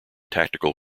tactical